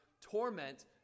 torment